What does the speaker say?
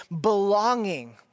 belonging